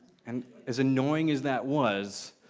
and as annoying as that was,